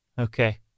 Okay